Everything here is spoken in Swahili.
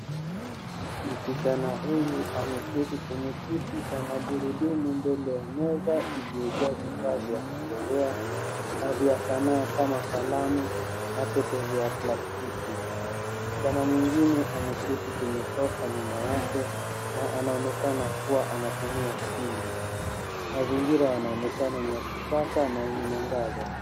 Msichana huyu ameketi kwenye kiti cha magurudumu mbele ya meza iliyojaa vifaa vya kuchezea na vya sanaa kama kalamu na pete vya plastiki . Msichana mwingine ameketi kwenye sofa nyuma yake na anaonekana kuwa anatumia simu. Mazingira inaonekana kuwa ya kisasa na yenye mwangaza.